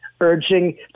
urging